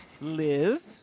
live